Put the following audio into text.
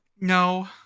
no